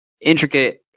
intricate